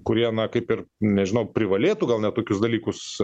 kurie na kaip ir nežinau privalėtų gal ne tokius dalykus